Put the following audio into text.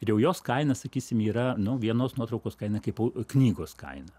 ir jau jos kaina sakysim yra nu vienos nuotraukos kaina kaip knygos kaina